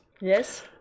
Yes